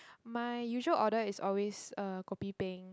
my usual order is always uh kopi peng